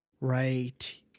right